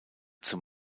zum